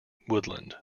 woodland